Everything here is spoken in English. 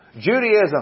Judaism